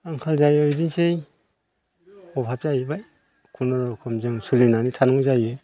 आंखाल जायो बिदिनोसै अभाब जाहैबाय खुनुरुखुम जों सोलिनानै थानांगौ जायो